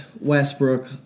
Westbrook